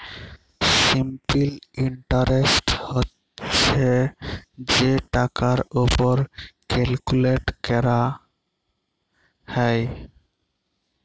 simple interest হছে যে টাকার উপর ক্যালকুলেট ক্যরা হ্যয়